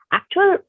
actual